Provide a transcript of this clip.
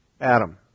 Adam